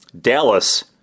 Dallas